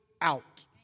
out